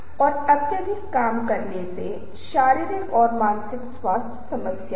इसलिए महत्व कम है इस पेय में से एक या दो के नाम की पहुंच अधिक है मैं उनके नाम का उल्लेख करता हूं